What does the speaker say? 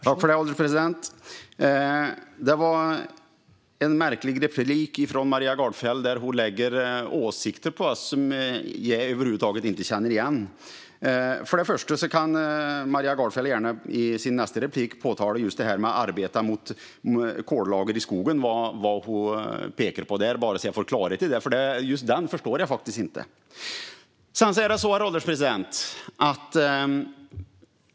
Herr ålderspresident! Det var en märklig replik från Maria Gardfjell där hon lägger åsikter på oss som jag över huvud taget inte känner igen. Först och främst kan Maria Gardfjell gärna i sin nästa replik tala om vad hon menar med kollager i skogen bara så att jag får klarhet i det. Det förstår jag faktiskt inte. Herr ålderspresident!